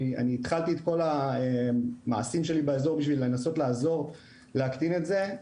אני התחלתי את כל המעשים שלי באזור בשביל לנסות לעזור להקטין את זה.